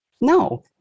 No